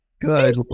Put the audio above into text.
good